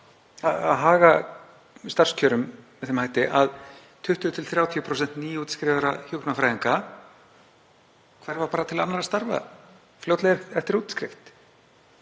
að haga starfskjörum með þeim hætti að 20–30% nýútskrifaðra hjúkrunarfræðinga hverfa bara til annarra starfa fljótlega eftir útskrift.